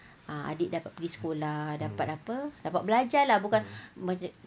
ah adik dapat pergi sekolah dapat apa dapat belajar lah bukan macam